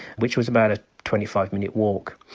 which was about a twenty five minute walk,